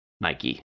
Nike